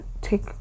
take